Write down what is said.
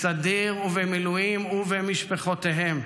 בסדיר ובמילואים, ובמשפחותיהם,